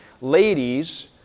ladies